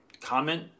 comment